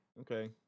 okay